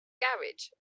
garage